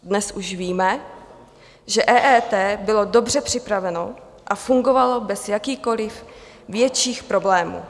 Dnes už víme, že EET bylo dobře připraveno a fungovalo bez jakýchkoliv větších problémů.